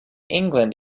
england